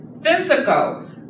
physical